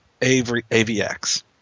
AvX